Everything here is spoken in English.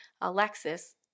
Alexis